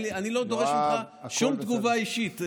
אני לא דורש ממך שום תגובה אישית.